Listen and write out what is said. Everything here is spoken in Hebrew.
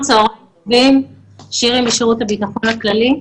צוהריים טובים, שירי משירות הביטחון הכללי.